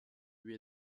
lui